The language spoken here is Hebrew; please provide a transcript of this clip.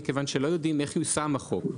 מכיוון שלא יודעים איך יושם החוק,